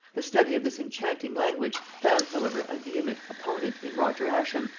the study of this enchanting language found however a vehement opponent in roger ascham,